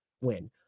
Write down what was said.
win